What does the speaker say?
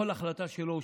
בכל החלטה שלו,